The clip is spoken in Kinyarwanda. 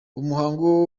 umuhango